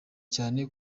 cyane